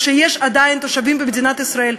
כשיש עדיין תושבים במדינת ישראל,